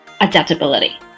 adaptability